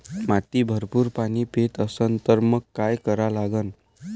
माती भरपूर पाणी पेत असन तर मंग काय करा लागन?